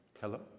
Hello